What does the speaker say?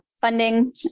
funding